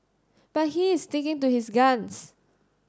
but he is sticking to his guns